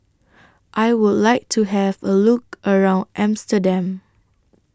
I Would like to Have A Look around Amsterdam